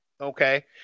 Okay